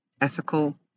ethical